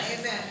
Amen